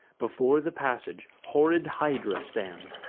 before the passage, horrid hydra stands,